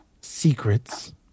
secrets